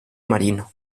marino